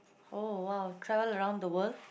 oh !wow! travel around the world